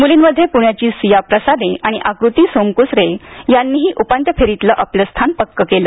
मुलींमध्ये पुण्याची सिया प्रसादे आणि आकृती सोमकुसरे यांनीही उपांत्य फेरीतलं आपलं स्थान पक्कं केलं